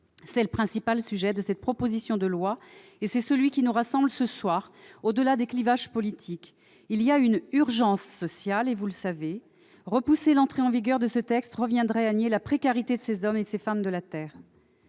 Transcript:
C'est le principal sujet de la proposition de loi ; c'est celui qui nous rassemble ce soir, au-delà des clivages politiques. Il y a une urgence sociale, vous le savez. Repousser l'entrée en vigueur de ce texte reviendrait à nier la précarité de ces hommes et de ces femmes de la terre.